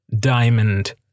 Diamond